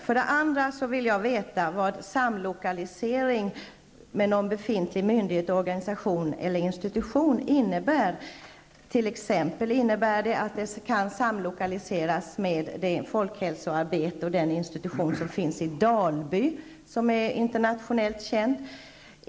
För det andra vill jag veta vad samlokalisering med någon befintlig myndighet, organisation eller institution innebär. Innebär det t.ex. att folkhälsoinstitutet kan samlokaliseras med den institution för folkhälsoarbete som finns i Dalby, som är internationellt känd?